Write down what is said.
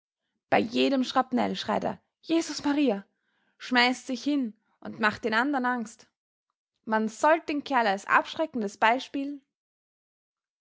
bei jedem schrapnell schreit er jesus maria schmeißt sich hin und macht den andern angst man sollt den kerl als abschreckendes beispiel